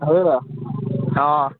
হ'ব বাৰু অঁ